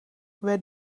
werd